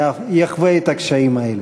יחווה את הקשיים האלה.